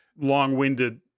long-winded